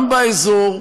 גם באזור,